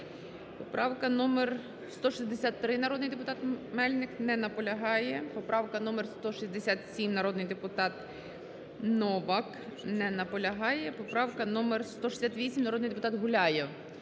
Поправка номер 163, народний депутат Мельник. Не наполягає. Поправка номер 167, народний депутат Новак. Не наполягає. Поправка номер 168, народний депутат Гуляєв.